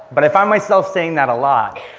but i find myself saying that a lot.